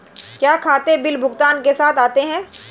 क्या खाते बिल भुगतान के साथ आते हैं?